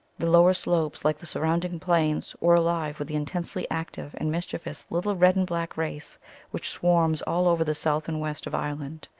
the lower slopes, like the surrounding plains, were alive with the intensely active and mischievous little red-and-black race which swarms all over the south and west of ireland,